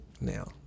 now